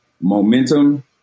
momentum